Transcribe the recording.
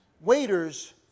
Waiters